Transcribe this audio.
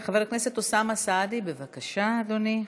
חבר הכנסת אוסאמה סעדי, בבקשה, אדוני.